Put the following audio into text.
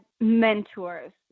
mentors